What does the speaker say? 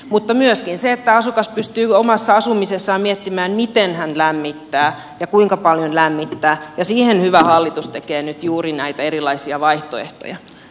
mutta myöskin asukas pystyy omassa asumisessaan miettimään miten hän lämmittää ja kuinka paljon lämmittää ja siihen hyvä hallitus tekee nyt juuri näitä erilaisia vaihtoehtoja